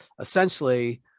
essentially